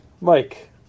Mike